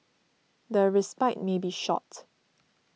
the respite may be short